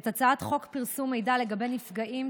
את הצעת חוק פרסום מידע לגבי נפגעים,